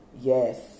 yes